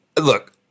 Look